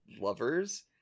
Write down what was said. lovers